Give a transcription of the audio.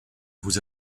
vous